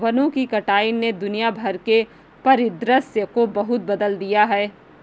वनों की कटाई ने दुनिया भर के परिदृश्य को बहुत बदल दिया है